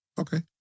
Okay